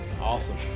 awesome